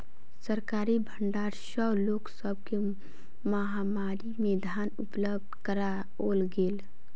सरकारी भण्डार सॅ लोक सब के महामारी में धान उपलब्ध कराओल गेल